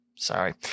Sorry